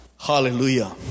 Hallelujah